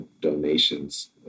donations